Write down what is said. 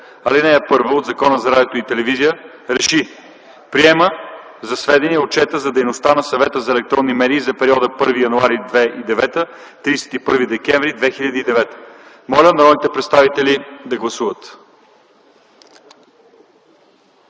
ал. 1 от Закона за радиото и телевизията РЕШИ: Приема за сведение отчета за дейността на Съвета за електронни медии за периода 1 януари 2009 г. – 31 декември 2009 г.” Моля народните представители да гласуват.